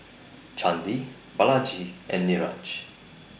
Chandi Balaji and Niraj